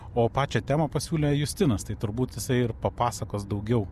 o pačią temą pasiūlė justinas tai turbūt jisai ir papasakos daugiau